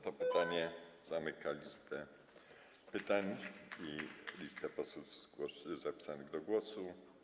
To pytanie zamyka listę pytań i listę posłów zapisanych do głosu.